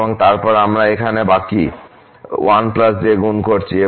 এবং তারপর আমরা এখানে বাকি 1 দিয়ে গুণ করেছি